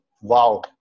wow